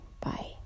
Bye